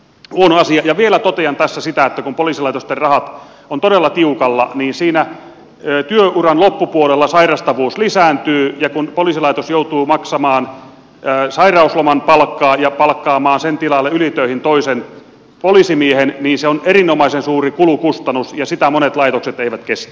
vielä totean tässä että kun poliisilaitosten rahat ovat todella tiukalla niin siinä työuran loppupuolella sairastavuus lisääntyy ja kun poliisilaitos joutuu maksamaan sairausloman palkkaa ja palkkaamaan tilalle ylitöihin toisen poliisimiehen niin se on erinomaisen suuri kulukustannus ja sitä monet laitokset eivät kestä